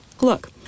Look